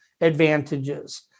advantages